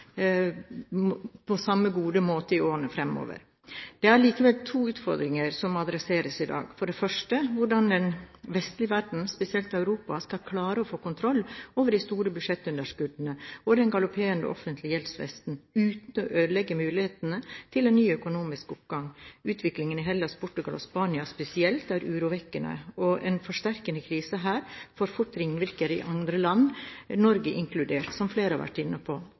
på samme gode måte i årene fremover. Det er allikevel to utfordringer som må adresseres i dag: For det første: Hvordan skal den vestlige verden, spesielt Europa, klare å få kontroll over de store budsjettunderskuddene og den galopperende offentlige gjeldsveksten, uten å ødelegge mulighetene til en ny økonomisk oppgang? Utviklingen i Hellas, Portugal og Spania er spesielt urovekkende, og en forsterket krise her får fort ringvirkninger i andre land, Norge inkludert, som flere har vært inne på.